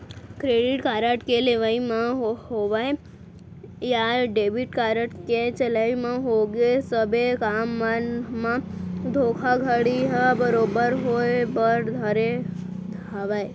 credit card के लेवई म होवय या डेबिट कारड के चलई म होगे सबे काम मन म धोखाघड़ी ह बरोबर होय बर धरे हावय